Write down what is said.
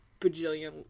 bajillion